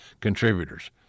contributors